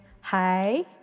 hi